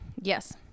Yes